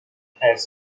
has